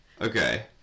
Okay